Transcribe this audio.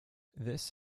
this